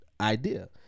idea